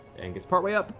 and gets partway up.